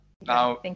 Now